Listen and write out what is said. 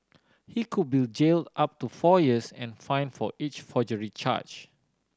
he could be jailed up to four years and fined for each forgery charge